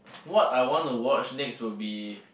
what I want to watch next would be